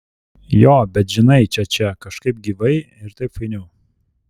jo bet žinai čia čia kažkaip gyvai tai taip fainiau